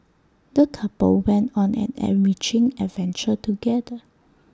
the couple went on an enriching adventure together